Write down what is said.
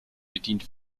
bedient